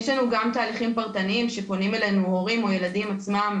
יש לנו גם תהליכים פרטניים שפונים אלינו הורים או חניכים עצמם,